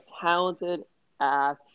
talented-ass